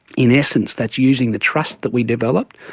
in essence that's using the trust that we develop,